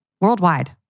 worldwide